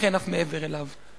וייתכן אף מעבר אליו".